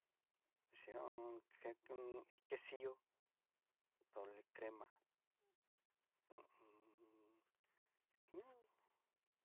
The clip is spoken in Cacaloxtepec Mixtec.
Chin ho o on. que quesillo, doble crema, mmm. ñao.